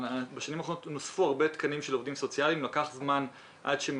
בשנים האחרונות נוספו הרבה תקנים של עובדים סוציאליים.